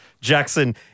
Jackson